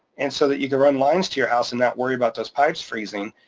and so that you could run lines to your house and not worry about those pipes freezing.